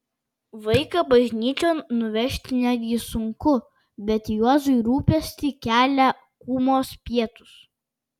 vaiką bažnyčion nuvežti negi sunku bet juozui rūpestį kelia kūmos pietūs